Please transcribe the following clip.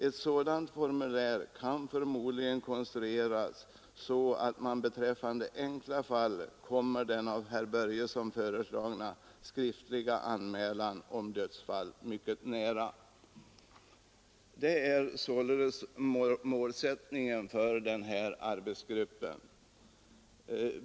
Ett sådant formulär kan förmodligen konstrueras så att man beträffande enkla fall kommer den av Börjesson föreslagna skriftliga anmälan om dödsfall mycket nära.” Detta är således målsättningen för arbetsgruppen inom DON.